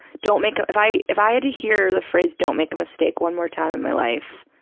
don't make, if i if i had to hear the phrase, don't make a mistake, one more time in my life,